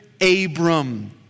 Abram